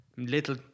little